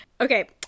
Okay